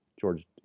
George